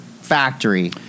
Factory